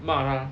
骂他